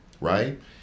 right